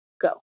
go